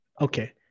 Okay